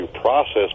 process